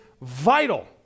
vital